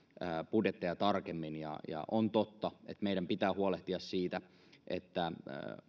budjetteja tarkemmin on totta että meidän pitää huolehtia siitä että